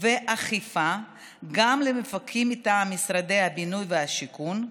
ואכיפה גם למפקחים מטעם משרדי הבינוי והשיכון,